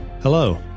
Hello